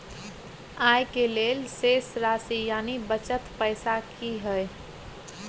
आय के लेल शेष राशि यानि बचल पैसा की हय?